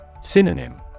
Synonym